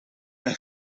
een